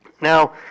Now